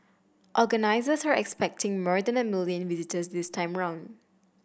organisers are expecting more than a million visitors this time round